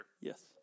Yes